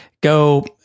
go